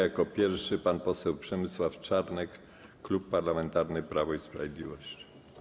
Jako pierwszy pan poseł Przemysław Czarnek, Klub Parlamentarny Prawo i Sprawiedliwość.